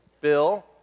Bill